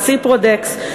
"ציפרודקס",